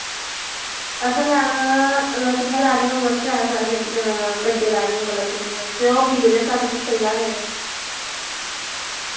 असैं लैना अगर तुसैं लैनी होगङ त्रै चार गड्डे लैने होगङ लकड़ियें दे ते ओह् बिकने सट्ठ सत्तर ज्हारे दे